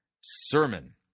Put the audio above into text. sermon